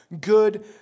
good